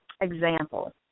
example